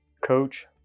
Coach